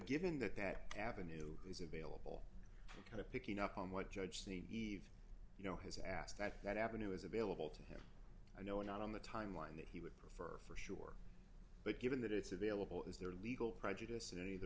given that that avenue is available kind of picking up on what judge the you know his ass that that avenue is available to him i know not on the timeline that he would prefer for sure but given that it's available is there legal prejudice in any of the